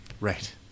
Right